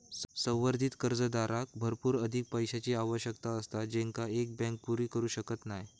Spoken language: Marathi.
संवर्धित कर्जदाराक भरपूर अधिक पैशाची आवश्यकता असता जेंका एक बँक पुरी करू शकत नाय